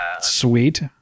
Sweet